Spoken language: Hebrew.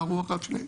מה הרוחב שלהם.